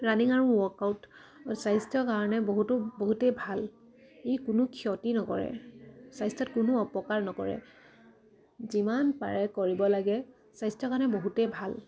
running আৰু workout স্বাস্থ্যৰ কাৰণে বহুতো বহুতেই ভাল ই কোনো ক্ষতি নকৰে স্বাস্থ্যত কোনো অপকাৰ নকৰে যিমান পাৰে কৰিব লাগে স্বাস্থ্যৰ কাৰণে বহুতেই ভাল